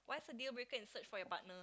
so deal breaker in search for your partner